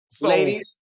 Ladies